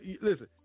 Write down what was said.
listen